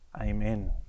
Amen